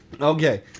Okay